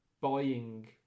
buying